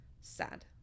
Sad